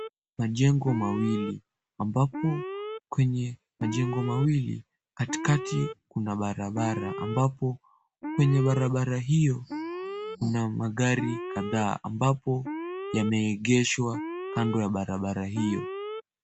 Majengo mawili ambapo kwenye majengo mawili. Katikati kuna barabara ambapo kwenye barabara hio kuna magari kadhaa ambapo yameegeshwa kwenye barabara hio.